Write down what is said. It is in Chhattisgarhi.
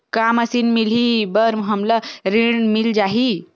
का मशीन मिलही बर हमला ऋण मिल जाही?